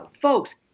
folks